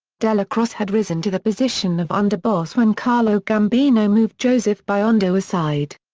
dellacroce had risen to the position of underboss when carlo gambino moved joseph biondo aside.